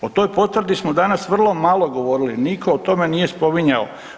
O toj potvrdi smo danas vrlo malo govorili, nitko o tome nije spominjao.